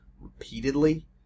repeatedly